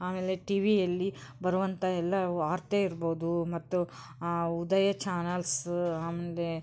ಆಮೇಲೆ ಟಿವಿಯಲ್ಲಿ ಬರುವಂಥ ಎಲ್ಲ ವಾರ್ತೆ ಇರ್ಬೋದು ಮತ್ತು ಉದಯ ಚಾನಲ್ಸ್ ಆಮೇಲೆ